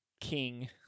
king